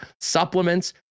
supplements